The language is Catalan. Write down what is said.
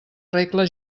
regla